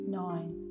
nine